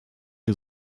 wir